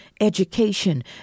education